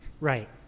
right